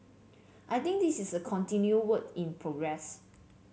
I think this is a continued work in progress